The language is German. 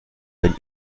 wenn